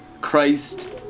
Christ